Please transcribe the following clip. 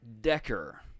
Decker